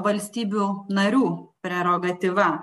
valstybių narių prerogatyva